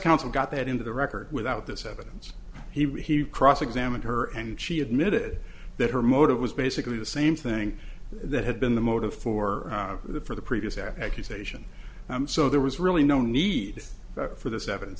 counsel got it into the record without this evidence he cross examined her and she admitted that her motive was basically the same thing that had been the motive for the for the previous accusation so there was really no need for this evidence